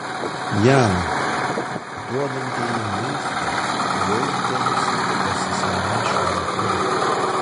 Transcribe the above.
jam duodantieji maisto jausdavosi pasisemią šventumo